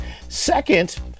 Second